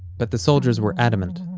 but the soldiers were adamant.